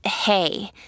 hey